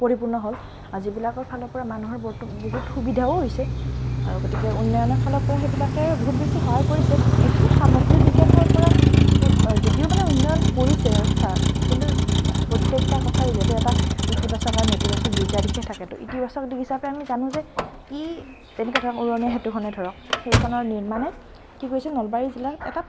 পৰিপূৰ্ণ হ'ল যিবিলাকৰ ফালৰ পৰা মানুহৰ বৰ্তমান বহুত সুবিধাও হৈছে আৰু গতিকে উন্নয়নৰ ফালৰ পৰা সেইবিলাকে বহুত বেছি সহায় কৰিছে এইখিনি সামগ্ৰিক বিকাশৰ পৰা উ যদিও মানে উন্নয়ন কৰিছে চা কিন্তু প্ৰত্য়েকটা কথাৰ যিহেতু এটা ইতিবাচক আৰু নেতিবাচক দুইটা দিশেই থাকেতো ইতিবাচক দিশ হিচাপে আমি জানোঁ যে ই যেনেকে ধৰক উৰণীয়া সেতুখনে ধৰক সেইখনৰ নিৰ্মাণে কি কৰিছে নলবাৰী জিলাত এটা